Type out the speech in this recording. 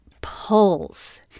pulls